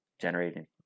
generating